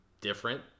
different